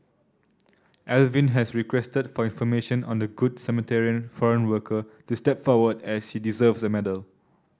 Alvin has requested for information on the Good Samaritan foreign worker to step forward as she deserves a medal